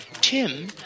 Tim